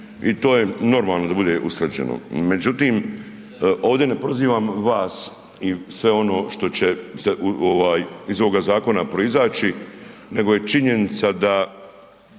i to je normalno da bude usklađeno. Međutim, ovdje ne prozivam vas i sve ono što će se, ovaj iz ovoga zakona proizaći, nego je činjenica da